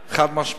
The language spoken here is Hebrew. חד-משמעית.